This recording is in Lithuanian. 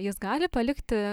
jis gali palikti